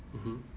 mmhmm